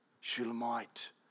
Shulamite